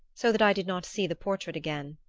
so that i did not see the portrait again.